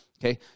okay